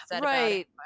Right